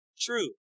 true